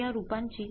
तर या रूपांची